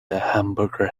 hamburger